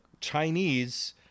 Chinese